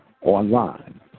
online